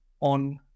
on